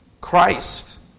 Christ